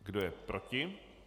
Kdo je proti?